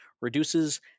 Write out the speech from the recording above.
reduces